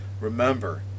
Remember